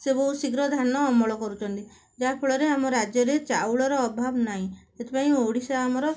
ସେ ବହୁ ଶୀଘ୍ର ଧାନ ଅମଳ କରୁଛନ୍ତି ଯାହାଫଳରେ ଆମ ରାଜ୍ୟରେ ଚାଉଳର ଅଭାବ ନାହିଁ ସେଥିପାଇଁ ଓଡ଼ିଶା ଆମର